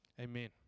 Amen